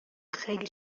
خیلی